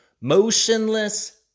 Motionless